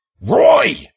Roy